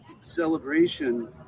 celebration